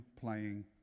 playing